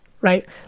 right